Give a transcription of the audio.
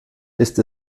ist